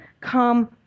come